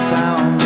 town